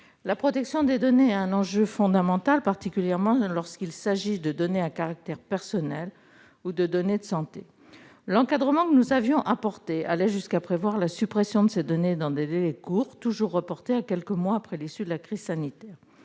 La protection des données est un enjeu fondamental, particulièrement lorsqu'il s'agit de données à caractère personnel ou de données de santé. L'encadrement que nous avions introduit allait jusqu'à prévoir la suppression de ces données dans des délais courts, toujours de quelques mois après l'issue de la crise sanitaire.